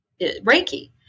Reiki